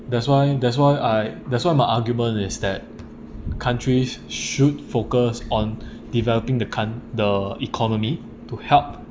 that's why that's why I that's why my argument is that countries should focus on developing the coun~ the economy to help